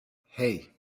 hey